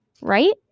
right